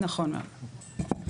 נכון מאוד.